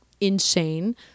insane